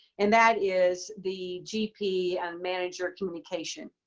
and that is the gp and manager communication.